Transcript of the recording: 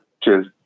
Cheers